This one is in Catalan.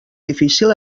difícil